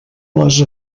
les